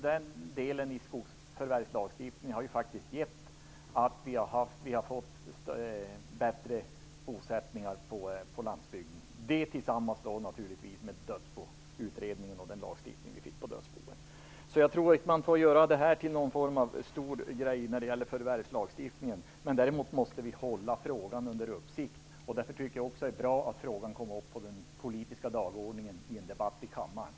Den delen i skogsförvärvslagstiftningen har faktiskt medfört att vi har fått bättre bosättningar på landsbygden. Till detta har naturligtvis också dödsboutredningen och lagstiftningen beträffande dödsbon bidragit. Jag tror inte att man får göra det här till en så stor sak när det gäller förvärvslagen. Däremot måste vi hålla frågan under uppsikt, och därför tycker jag också att det är bra att frågan kom upp på den politiska dagordningen i en debatt i kammaren.